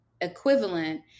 equivalent